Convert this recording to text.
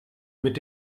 mit